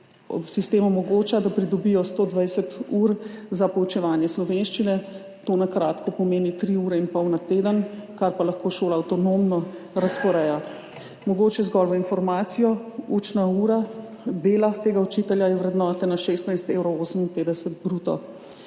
sistem omogoča, da pridobijo 120 ur za poučevanje slovenščine. To na kratko pomeni tri ure in pol na teden, kar pa lahko šola avtonomno razporeja. Mogoče zgolj v informacijo – učna ura dela tega učitelja je ovrednotena na 16 evrov